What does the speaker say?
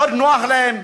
מאוד נוח להם.